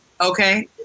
Okay